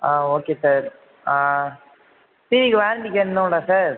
ஆ okay sir ஆ டிவிக்கு warranty card உண்டா சார்